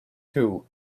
two